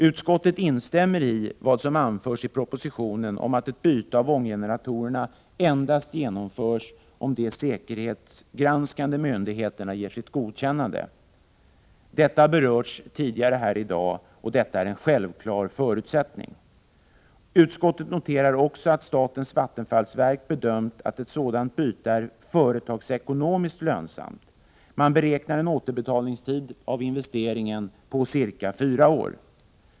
Utskottet instämmer i vad som anförs i propositionen, nämligen att ett byte av ånggeneratorerna endast genomförs, om de säkerhetsgranskande myndigheterna ger sitt godkännande. Detta har berörts tidigare i dag och är en självklar förutsättning. Utskottet noterar också att statens vattenfallsverk bedömt att ett sådant byte är företagsekonomiskt lönsamt. Man beräknar en återbetalningstid av investeringen på fyra år.